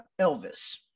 Elvis